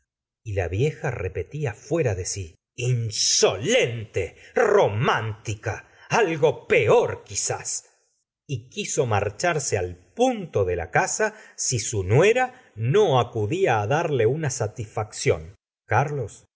y la vieja repetía fuera de si insolente romántica algo peor quizás y quiso marcharse al punto de la casa si su nuera no a cudía á darle una satisfacción carlos